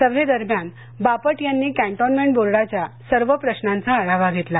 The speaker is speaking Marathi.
सभेदरम्यान बापट यांनी कॅन्टोन्मेंट बोर्डाच्या सर्व प्रश्नांचा आढावा घेतला